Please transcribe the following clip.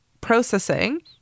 processing